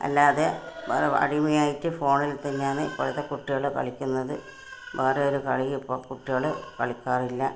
അല്ലാതെ വെറും അടിമ ആയിട്ട് ഫോണിൽ തന്നെയാണ് ഇപ്പോഴത്തെ കുട്ടികൾ കളിക്കുന്നത് വേറെ ഒരു കളിയും ഇപ്പോൾ കുട്ടികൾ കളിക്കാറില്ല